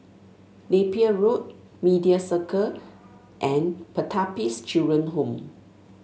Napier Road Media Circle and Pertapis Children Home